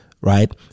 right